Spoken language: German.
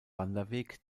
wanderweg